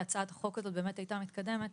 -- לצערי אין לזה תמיכה ממשלתית.